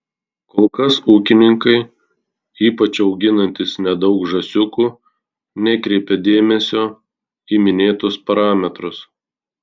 kol kas ūkininkai ypač auginantys nedaug žąsiukų nekreipia dėmesio į minėtus parametrus